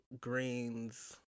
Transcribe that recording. greens